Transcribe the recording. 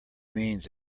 means